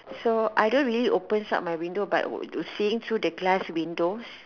so I don't really opens up my window but seeing through the glass windows